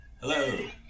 Hello